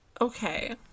Okay